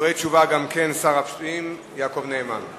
דברי תשובה גם כן של שר המשפטים יעקב נאמן.